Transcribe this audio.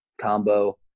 combo